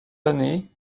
années